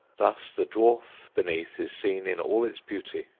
thus the dwarf beneath is seen in all its beauty.